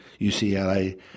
UCLA